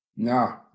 No